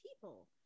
people